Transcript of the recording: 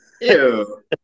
Ew